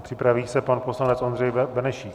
Připraví se pan poslanec Ondřej Benešík.